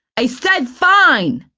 i said fine!